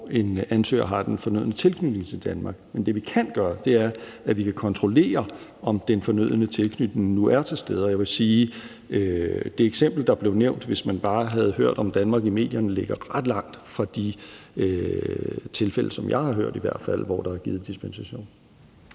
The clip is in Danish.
en ansøger har den fornødne tilknytning til Danmark. Men det, vi kan gøre, er, at vi kan kontrollere, om den fornødne tilknytning nu er til stede. Og jeg vil sige, at det eksempel, der blev nævnt – hvis man bare havde hørt om Danmark i medierne – ligger ret langt fra de tilfælde, som jeg har hørt om i hvert fald, hvor der er givet dispensation.